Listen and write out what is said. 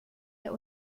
der